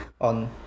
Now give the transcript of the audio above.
on